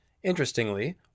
Interestingly